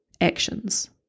actions